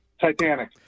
Titanic